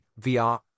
VR